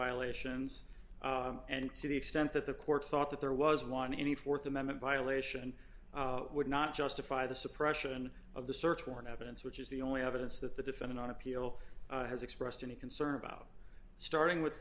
violations and to the extent that the court thought that there was one in the th amendment violation would not justify the suppression of the search warrant evidence which is the only evidence that the defendant on appeal has expressed any concern about starting with